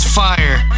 fire